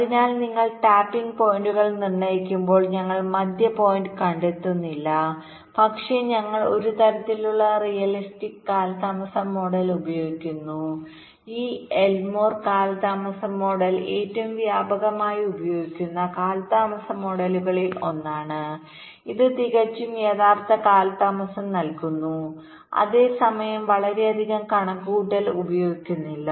അതിനാൽ നിങ്ങൾ ടാപ്പിംഗ് പോയിന്റുകൾ നിർണ്ണയിക്കുമ്പോൾ ഞങ്ങൾ മധ്യ പോയിന്റ് കണ്ടെത്തുന്നില്ല പക്ഷേ ഞങ്ങൾ ഒരു തരത്തിലുള്ള റിയലിസ്റ്റിക് കാലതാമസം മോഡൽ ഉപയോഗിക്കുന്നു ഈ എൽമോർ കാലതാമസം മോഡൽ ഏറ്റവും വ്യാപകമായി ഉപയോഗിക്കുന്ന കാലതാമസ മോഡലുകളിൽ ഒന്നാണ് ഇത് തികച്ചും യഥാർത്ഥ കാലതാമസം നൽകുന്നു അതേ സമയം വളരെയധികം കണക്കുകൂട്ടൽ ഉപയോഗിക്കുന്നില്ല